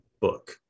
book